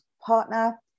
partner